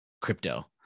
crypto